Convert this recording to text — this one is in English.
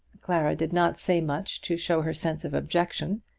clara did not say much to show her sense of objection.